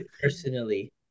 personally